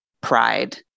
pride